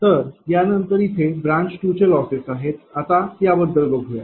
तर यानंतर इथे ब्रांच 2 चे लॉसेस आहेत आता याबद्दल बघूया